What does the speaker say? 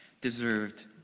deserved